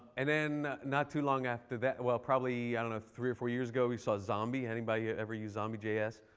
and then not too long after that, well probably, i don't know three or four years ago, we saw zombie. anybody anybody ever use zombie js?